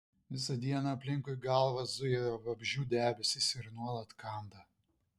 visą dieną aplinkui galvą zuja vabzdžių debesys ir nuolat kanda